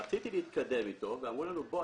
רציתי להתקדם אתו ואמרו לנו שנביא